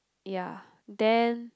ya then